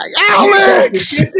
Alex